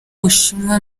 bushinwa